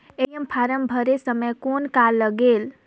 ATM form भरे समय कौन का लगेल?